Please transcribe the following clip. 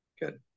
Good